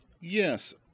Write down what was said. Yes